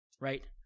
right